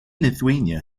lithuania